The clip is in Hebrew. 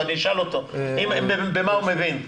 אני אשאל אותו במה הוא מבין.